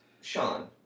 Sean